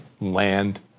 land